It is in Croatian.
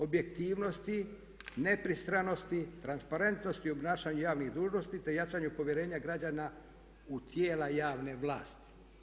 Objektivnosti, nepristranosti, transparentnosti u obnašanju javnih dužnosti te jačanju povjerenja građana u tijela javne vlasti.